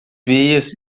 veias